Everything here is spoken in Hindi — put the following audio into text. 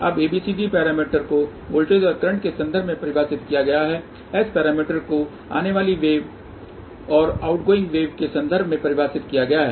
अब ABCD पैरामीटर को वोल्टेज और करंट के संदर्भ में परिभाषित किया गया है S पैरामीटर को आने वाली वेव और आउटगोइंग वेव के संदर्भ में परिभाषित किया गया है